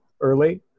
early